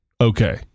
okay